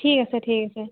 ঠিক আছে ঠিক আছে